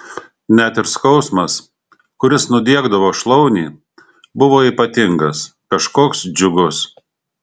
net ir skausmas kuris nudiegdavo šlaunį buvo ypatingas kažkoks džiugus